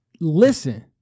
Listen